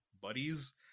buddies